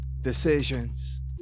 Decisions